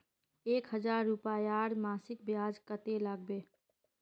एक हजार रूपयार मासिक ब्याज कतेक लागबे?